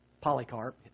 Polycarp